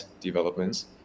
developments